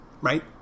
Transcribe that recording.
right